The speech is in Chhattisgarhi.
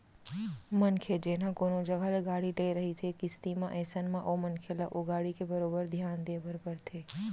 मनखे जेन ह कोनो जघा ले गाड़ी ले रहिथे किस्ती म अइसन म ओ मनखे ल ओ गाड़ी के बरोबर धियान देय बर परथे